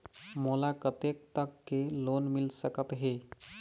मोला कतेक तक के लोन मिल सकत हे?